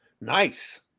Nice